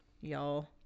y'all